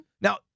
Now